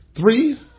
Three